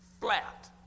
flat